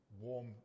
warm